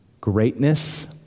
greatness